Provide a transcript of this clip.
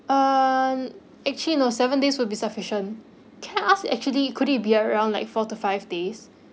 uh actually no seven days will be sufficient can I ask actually could it be around like four to five days